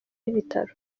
ibitaro